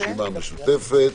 יבוא: "באישור ועדת החוקה,